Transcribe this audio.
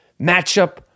matchup